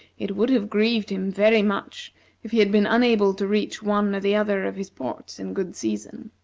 it would have grieved him very much if he had been unable to reach one or the other of his ports in good season.